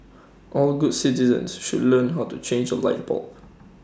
all good citizens should learn how to change A light bulb